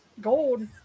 gold